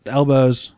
elbows